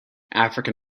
african